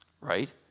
right